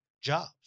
jobs